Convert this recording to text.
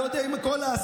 אני לא יודע אם לומר אסון,